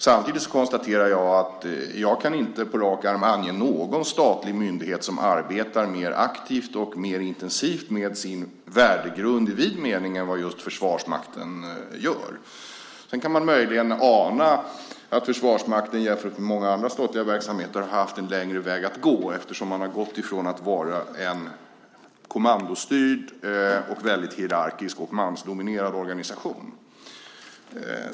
Samtidigt konstaterar jag att jag inte på rak arm kan ange någon statlig myndighet som arbetar mer aktivt och mer intensivt med sin värdegrund i vid mening än vad just Försvarsmakten gör. Sedan kan man möjligen ana att Försvarsmakten jämfört med många andra statliga verksamheter har haft en längre väg att gå eftersom man har gått ifrån att vara en kommandostyrd och väldigt hierarkisk och mansdominerad organisation.